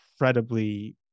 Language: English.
incredibly